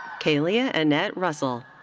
kelia annette russell.